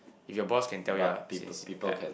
if your boss can tell you ah since~ yeah